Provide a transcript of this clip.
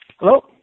Hello